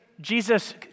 Jesus